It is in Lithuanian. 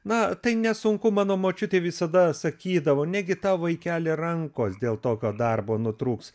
na tai nesunku mano močiutė visada sakydavo negi tau vaikeli rankos dėl tokio darbo nutrūks